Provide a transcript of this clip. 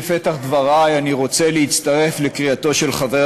בפתח דברי אני רוצה להצטרף לקריאתו של חבר